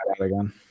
again